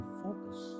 focus